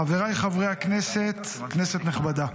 חבריי חברי הכנסת, כנסת נכבדה,